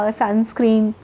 sunscreen